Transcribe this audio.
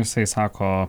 jisai sako